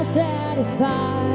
satisfied